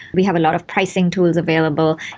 we have a lot of pricing tools available,